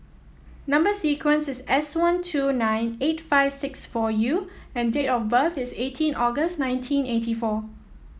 number sequence is S one two nine eight five six four U and date of birth is eighteen August nineteen eighty four